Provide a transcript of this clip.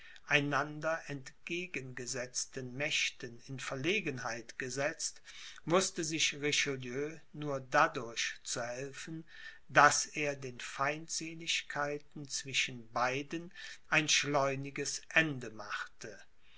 einander entgegengesetzten mächten in verlegenheit gesetzt wußte sich richelieu nur dadurch zu helfen daß er den feindseligkeiten zwischen beiden ein schleuniges ende machte